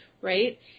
Right